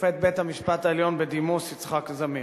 שופט בית-המשפט העליון בדימוס, יצחק זמיר.